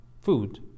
food